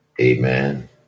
Amen